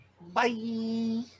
Bye